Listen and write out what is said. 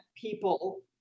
people